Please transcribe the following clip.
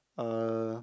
uh